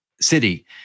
city